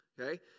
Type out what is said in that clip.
Okay